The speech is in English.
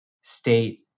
state